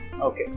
Okay